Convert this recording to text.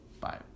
Bye